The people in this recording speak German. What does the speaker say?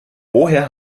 woher